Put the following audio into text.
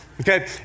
okay